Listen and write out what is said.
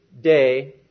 day